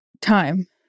time